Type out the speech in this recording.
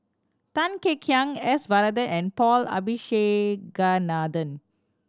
Tan Kek Hiang S Varathan and Paul Abisheganaden